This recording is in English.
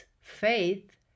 faith